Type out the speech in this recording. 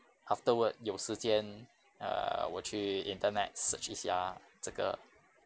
afterward 有时间 err 我去 internet search 一下这个